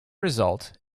result